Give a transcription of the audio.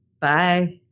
Bye